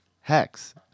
Hex